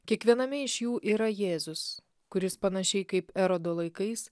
kiekviename iš jų yra jėzus kuris panašiai kaip erodo laikais